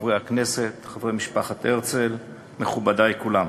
חברי הכנסת, חברי משפחת הרצל, מכובדי כולם,